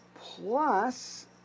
plus